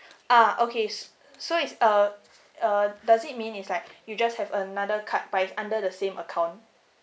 ah okay s~ so it's uh uh does it mean is like you just have another card but it's under the same account